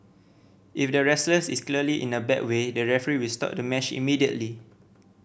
if the wrestlers is clearly in a bad way the referee will stop the match immediately